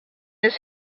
his